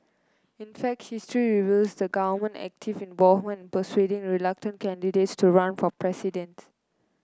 in fact history reveals the government active involvement persuading reluctant candidates to run for president